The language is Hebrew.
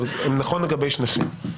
אבל הוא נכון לגבי שניכם,